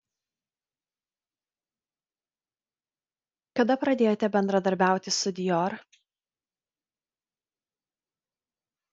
kada pradėjote bendradarbiauti su dior